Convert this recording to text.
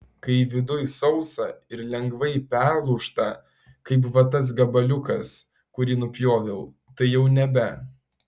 kai viduj sausa ir lengvai perlūžta kaip va tas gabaliukas kurį nupjoviau tai jau nebe